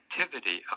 activity